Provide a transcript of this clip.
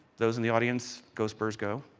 those in the audience go spurs go.